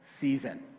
season